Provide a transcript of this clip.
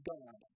God